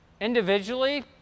individually